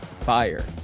Fire